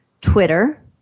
Twitter